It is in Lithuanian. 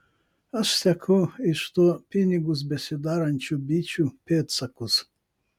aš seku iš to pinigus besidarančių bičų pėdsakus